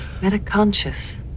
Metaconscious